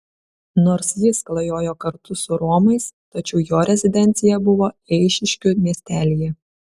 nors jis klajojo kartu su romais tačiau jo rezidencija buvo eišiškių miestelyje